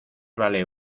vale